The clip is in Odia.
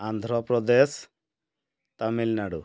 ଆନ୍ଧ୍ରପ୍ରଦେଶ ତାମିଲନାଡ଼ୁ